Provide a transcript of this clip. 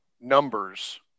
numbers